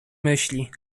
myśli